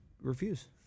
refuse